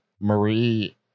Marie